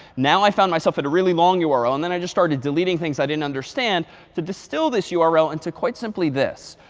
now i found myself in a really long yeah url and then i just started deleting things i didn't understand to distill this ah url into quite simply this.